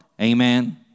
Amen